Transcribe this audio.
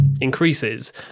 increases